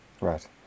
Right